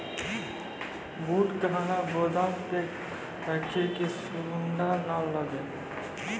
बूट कहना गोदाम मे रखिए की सुंडा नए लागे?